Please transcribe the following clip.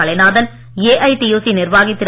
Kalainathan AITUC நிர்வாகி திரு